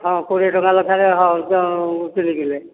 ହଁ କୋଡ଼ିଏ ଟଙ୍କା ଲେଖାରେ ହଉ ତିନି କିଲେ